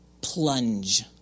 plunge